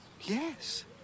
yes